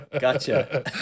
gotcha